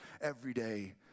everyday